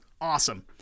awesome